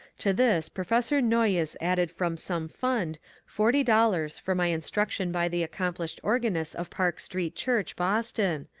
to this professor noyes added from some fund forty dollars for my instruction by the accomplished organist of park street church, boston,